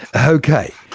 ah ok,